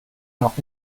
noch